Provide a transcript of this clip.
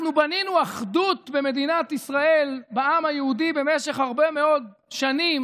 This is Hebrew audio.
אנחנו בנינו אחדות במדינת ישראל בעם היהודי במשך הרבה מאוד שנים